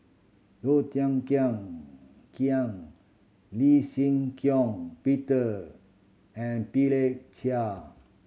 Low Thia Khiang Khiang Lee Shih Shiong Peter and Chia